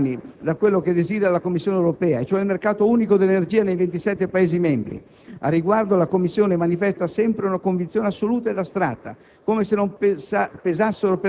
Siamo comunque ancora ben lontani da quello che desidera la Commissione europea, e cioè il mercato unico dell'energia nei 27 Paesi membri. Al riguardo, la Commissione manifesta sempre una convinzione assoluta ed astratta,